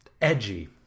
Edgy